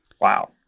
Wow